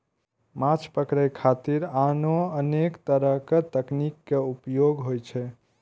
माछ पकड़े खातिर आनो अनेक तरक तकनीक के उपयोग होइ छै